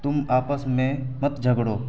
تم آپس میں مت جھگڑو